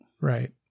Right